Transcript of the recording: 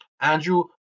Andrew